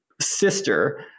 sister